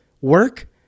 work